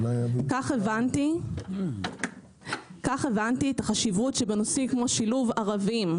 כך הבנתי את החשיבות שבנושאים כמו שילוב ערבים,